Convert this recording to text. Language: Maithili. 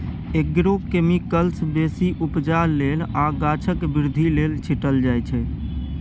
एग्रोकेमिकल्स बेसी उपजा लेल आ गाछक बृद्धि लेल छीटल जाइ छै